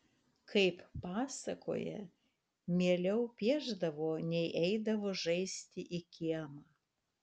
kaip pasakoja mieliau piešdavo nei eidavo žaisti į kiemą